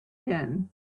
din